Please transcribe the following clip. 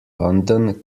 london